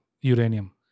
uranium